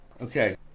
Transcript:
Okay